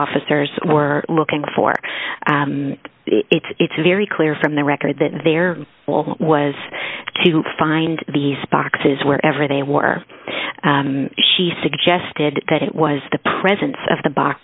officers were looking for it's it's very clear from the record that there was to find these boxes wherever they were she suggested that it was the presence of the box